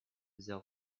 взял